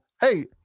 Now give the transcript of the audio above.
Hey